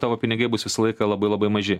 tavo pinigai bus visą laiką labai labai maži